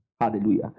Hallelujah